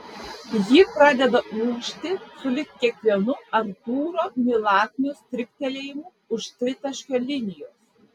ji pradeda ūžti sulig kiekvienu artūro milaknio striktelėjimu už tritaškio linijos